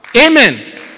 Amen